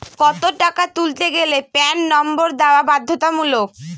কত টাকা তুলতে গেলে প্যান নম্বর দেওয়া বাধ্যতামূলক?